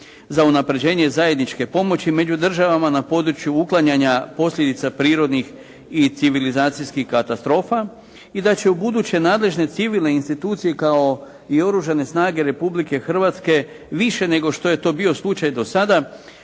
za unapređenje zajedničke pomoći među državama na području uklanjanja posljedica prirodnih i civilizacijskih katastrofa i da će u buduće nadležne civilne institucije kao i Oružane snage Republike Hrvatske više nego što je to bio slučaj do sada